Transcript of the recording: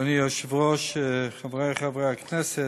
אדוני היושב-ראש, חברי חברי הכנסת,